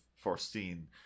foreseen